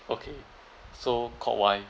okay so Kok Wai